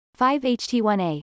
5-HT1A